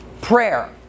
prayer